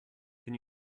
can